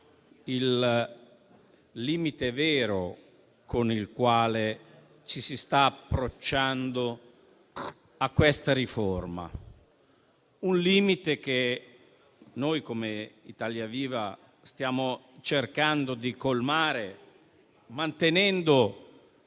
il limite vero con il quale ci si sta approcciando a questa riforma. È un limite che noi come Italia Viva stiamo cercando di colmare, mantenendo